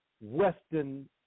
Western